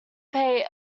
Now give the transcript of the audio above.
play